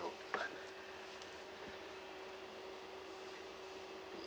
no